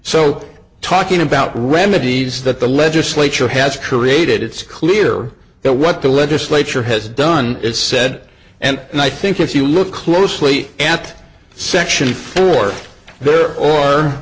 so talking about remedies that the legislature has created it's clear that what the legislature has done is said and and i think if you look closely at section four there or